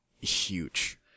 huge